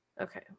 Okay